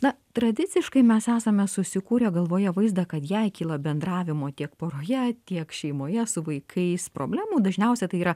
na tradiciškai mes esame susikūrę galvoje vaizdą kad jei kyla bendravimo tiek poroje tiek šeimoje su vaikais problemų dažniausia tai yra